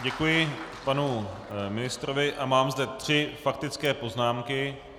Děkuji panu ministrovi a mám zde tři faktické poznámky.